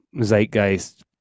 zeitgeist